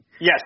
yes